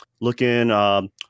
looking